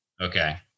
Okay